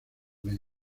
ley